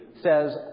says